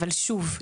אבל שוב,